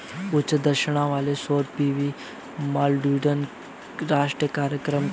उच्च दक्षता वाले सौर पी.वी मॉड्यूल पर राष्ट्रीय कार्यक्रम का परिव्यय क्या है?